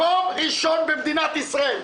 מקום ראשון במדינת ישראל.